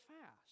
fast